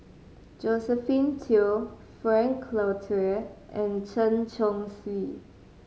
Josephine Teo Frank Cloutier and Chen Chong Swee